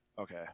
Okay